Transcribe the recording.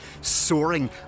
soaring